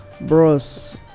bros